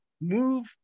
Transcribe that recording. move